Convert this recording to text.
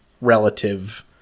relative